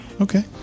Okay